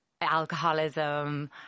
alcoholism